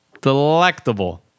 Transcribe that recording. delectable